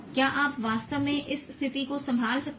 क्या आप वास्तव में इस स्थिति को संभाल सकते हैं